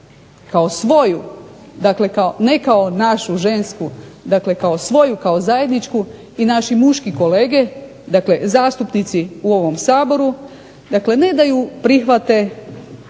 kao svoju, dakle ne kao našu žensku, dakle kao svoju, kao zajedničku i naši muški kolege, dakle zastupnici u ovom Saboru dakle ne da ju prihvate